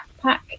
backpack